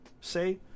say